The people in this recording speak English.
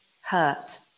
hurt